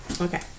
Okay